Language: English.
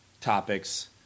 topics